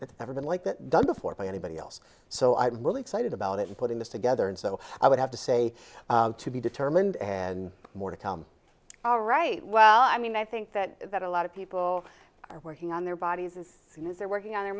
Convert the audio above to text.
it's ever been like that done before by anybody else so i'm really excited about it and putting this together and so i would have to say to be determined and more to tell all right well i mean i think that that a lot of people are working on their bodies and they're working on their